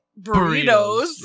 burritos